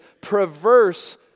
perverse